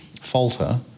falter